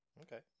Okay